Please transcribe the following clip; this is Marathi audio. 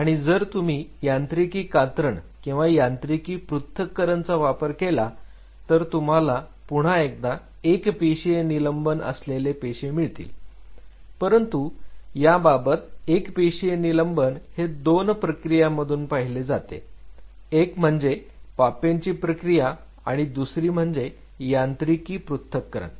आणि जर तुम्ही यांत्रिकी कात्रण किंवा यांत्रिकी पृथक्करण चा वापर केला तर तुम्हाला पुन्हा एकदा एक पेशीय निलंबन असलेले पेशी मिळतील परंतु याबाबत एकपेशीय निलंबन हे दोन प्रक्रियांतून जाते पहिली एक म्हणजे पापेन ची प्रक्रिया आणि दुसरी म्हणजे यांत्रिकी पृथक्करण